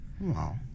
Wow